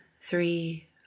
three